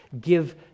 give